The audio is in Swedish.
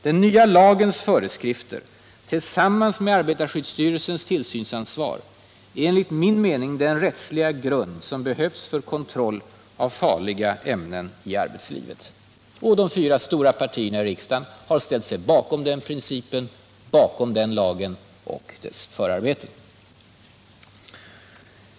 Den nya lagens föreskrifter tillsammans med arbetarskyddsstyrelsens tillsynsansvar är enligt min mening den rättsliga grund som behövs för kontroll av farliga ämnen i arbetslivet. De fyra stora partierna i riksdagen har ställt sig bakom den principen, bakom den lagen och dess förarbeten.